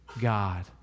God